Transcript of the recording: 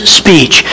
speech